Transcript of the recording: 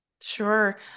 Sure